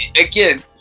again